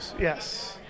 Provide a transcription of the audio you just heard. Yes